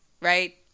Right